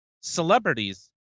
celebrities